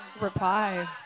Reply